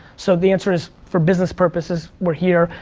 so the answer is, for business purposes, we're here,